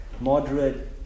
moderate